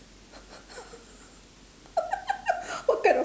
what kind of